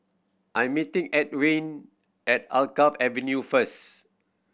I'm meeting Antwain at Alkaff Avenue first